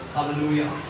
Hallelujah